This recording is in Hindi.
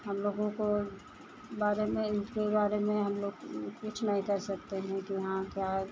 हमलोगों को बारे में इनके बारे में हमलोग कुछ नहीं कर सकते हैं कि वहाँ क्या